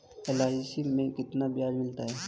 LIC में कितना ब्याज मिलता है?